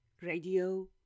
Radio